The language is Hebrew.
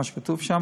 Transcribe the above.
מה שכתוב שם,